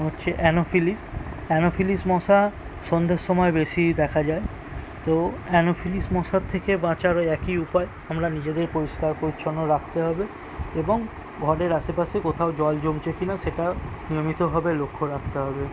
হচ্ছে anopheles anopheles মশা সন্ধ্যের সময় বেশি দেখা যায় তো অ্যানোফিলিস মশার থেকে বাঁচারও একই উপায় আমরা নিজেদের পরিষ্কার পরিচ্ছন্ন রাখতে হবে এবং ঘরের আশেপাশে কোথাও জল জমছে কি না সেটা নিয়মিতভাবে লক্ষ্য রাখতে হবে